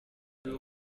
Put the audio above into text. der